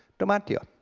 domattio.